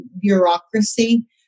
bureaucracy